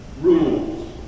rules